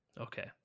Okay